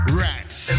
rats